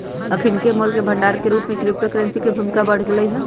अखनि मोल के भंडार के रूप में क्रिप्टो करेंसी के भूमिका बढ़ गेलइ